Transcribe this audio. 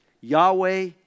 Yahweh